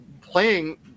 playing